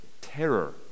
terror